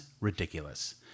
ridiculous